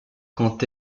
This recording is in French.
quand